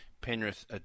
Penrith